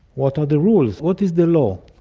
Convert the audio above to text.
what are the rules, what is the law,